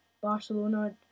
Barcelona